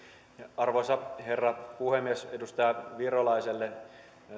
arvoisa herra puhemies edustaja virolaiselle